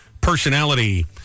personality